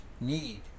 need